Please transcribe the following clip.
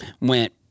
went